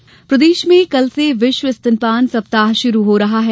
स्तनपान सप्ताह प्रदेश में कल से विश्व स्तनपान सप्ताह शुरु हो रहा है